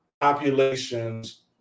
population's